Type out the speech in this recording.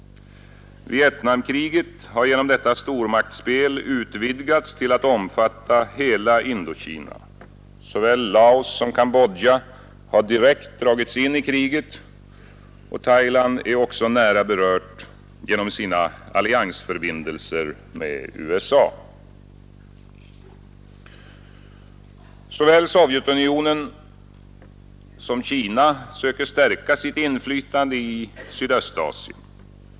Vietnamkriget har genom detta stormaktsspel utvidgats till att omfatta hela Indokina. Såväl Laos som Kambodja har direkt dragits in i kriget, och Thailand är också nära berört genom sina alliansförbindelser med USA. Såväl Sovjetunionen som Kina söker stärka sitt inflytande i Sydöstasien.